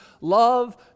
Love